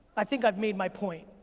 i think i've made my point.